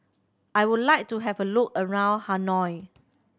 I would like to have a look around Hanoi